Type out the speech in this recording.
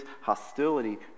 hostility